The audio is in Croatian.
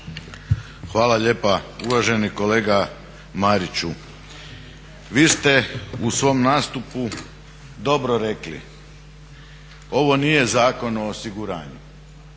Hvala lijepa. Uvaženi kolega Mariću, vi ste u svom nastupu dobro rekli. Ovo nije Zakon o osiguranju.